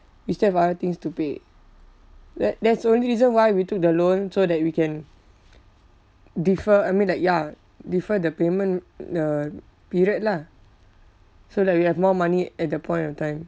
we still have other things to pay that that's the only reason why we took the loan so that we can defer I mean like ya defer the payment mm the period lah so that we have more money at that point of time